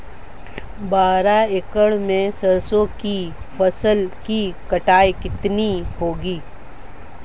बारह एकड़ में सरसों की फसल की कटाई कितनी होगी?